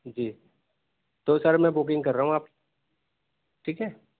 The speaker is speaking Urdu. جی تو سر میں بکنگ کر رہا ہوں آپ ٹھیک ہے